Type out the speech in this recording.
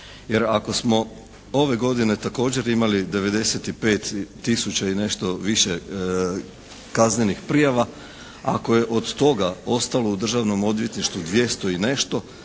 Jer, ako smo ove godine također imali 95 tisuća i nešto više kaznenih prijava, ako je od toga ostalo u državnom odvjetništvu 200 i nešto